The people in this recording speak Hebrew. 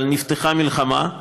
אבל נפתחה מלחמה,